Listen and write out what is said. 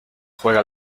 juega